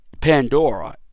Pandora